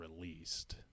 released